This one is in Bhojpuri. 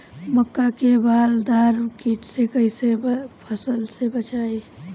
मक्का में बालदार कीट से कईसे फसल के बचाई?